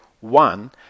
one